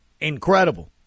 incredible